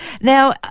Now